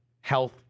health